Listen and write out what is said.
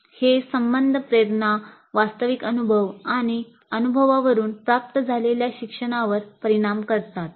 हे संबंध प्रेरणा वास्तविक अनुभव आणि अनुभवावरून प्राप्त झालेल्या शिक्षणावर परिणाम करतात